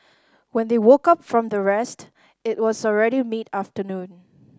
when they woke up from their rest it was already mid afternoon